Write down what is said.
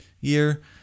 year